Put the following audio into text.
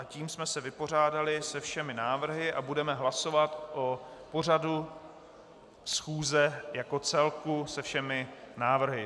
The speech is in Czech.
Tím jsme se vypořádali se všemi návrhy a budeme hlasovat o pořadu schůze jako celku se všemi návrhy.